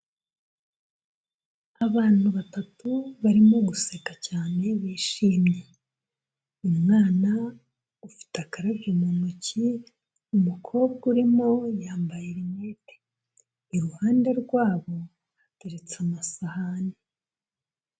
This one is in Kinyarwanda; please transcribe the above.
Abantu batatu barimo guseka cyane bishimye, umwana ufite akarabyo mu ntoki umukobwa urimo yambaye rinete, iruhande rwabo hateretse amasahani.